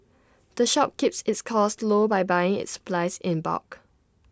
the shop keeps its costs low by buying its supplies in bulk